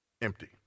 empty